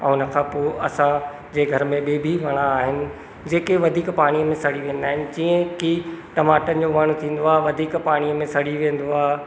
ऐं उन खां पोइ असां जे घर में ॿिया बि वण आहिनि जेके वधीक पाणीअ में सड़ी वेंदा आहिनि जीअं की टमाटनि जो वणु थींदो आहे वधीक पाणीअ में सड़ी वेंदो आहे